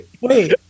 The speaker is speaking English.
wait